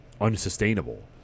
unsustainable